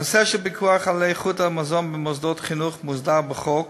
הנושא של פיקוח על איכות המזון במוסדות חינוך מוסדר בחוק